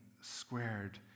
squared